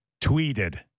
tweeted